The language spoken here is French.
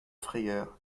frayeur